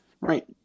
right